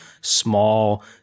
small